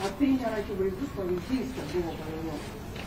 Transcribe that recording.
o tai nėra akivaizdus pavyzdys kad buvo pavėluota